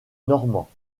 normands